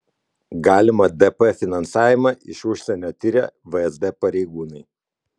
galimą dp finansavimą iš užsienio tiria vsd pareigūnai